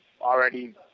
already